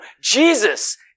Jesus